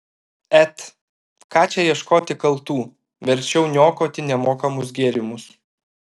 et ką čia ieškoti kaltų verčiau niokoti nemokamus gėrimus